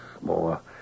more